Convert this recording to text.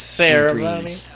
ceremony